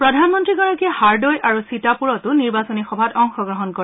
প্ৰধানমন্ত্ৰীগৰাকীয়ে হাৰ্দৈ আৰু সীতাপুৰতো নিৰ্বাচনী সভাত অংশগ্ৰহণ কৰে